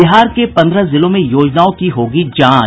बिहार के पन्द्रह जिलों में योजनाओं की होगी जांच